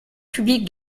public